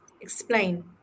explain